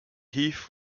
heath